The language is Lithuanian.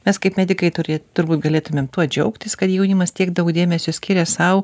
mes kaip medikai turi turbūt galėtume tuo džiaugtis kad jaunimas tiek daug dėmesio skiria sau